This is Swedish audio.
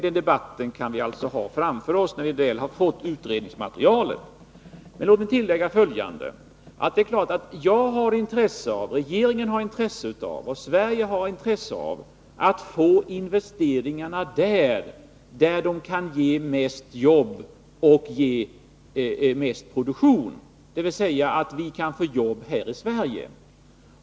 Den debatten kan vi alltså föra längre fram, när vi har fått utredningsmaterialet. Men låt mig tillägga följande. Det är klart att regeringen, och Sverige, har intresse av att få investeringarna dit där de kan ge mest arbete och produktion, dvs. så att det blir sysselsättning här i Sverige.